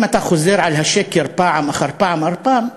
אם אתה חוזר על השקר פעם אחר פעם אחר פעם,